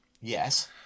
Yes